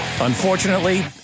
Unfortunately